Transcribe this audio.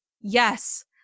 yes